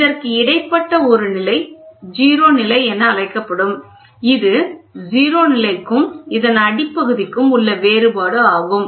இதற்கு இடைப்பட்ட ஒரு நிலை 0 நிலை என அழைக்கப்படும் இது 0 நிலைக்கும் இதன் அடிப்பகுதிக்கும் உள்ள வேறுபாடு ஆகும்